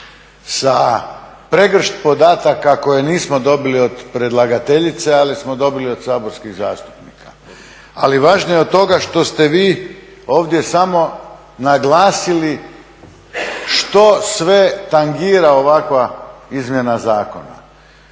sa pregršt podataka koje nismo dobili od predlagateljice ali smo dobili od saborskih zastupnika. Ali važnije od toga je što ste vi ovdje samo naglasili što sve tangira ovakva izmjena zakona.